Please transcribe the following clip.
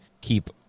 keep